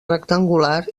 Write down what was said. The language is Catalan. rectangular